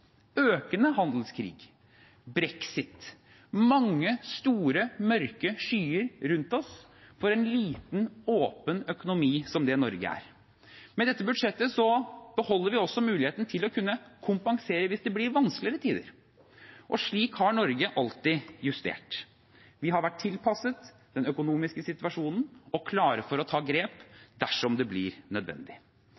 økende proteksjonisme, økende handelskrig, brexit – mange store, mørke skyer rundt oss for en liten, åpen økonomi som det Norge er. Med dette budsjettet beholder vi også muligheten til å kunne kompensere hvis det blir vanskeligere tider. Slik har Norge alltid justert. Vi har vært tilpasset den økonomiske situasjonen og klare for å ta grep